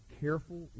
careful